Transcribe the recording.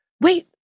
wait